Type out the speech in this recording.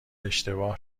اشتباه